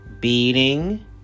beating